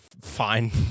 fine